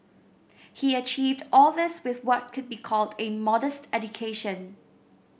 he achieved all this with what could be called a modest education